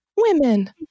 Women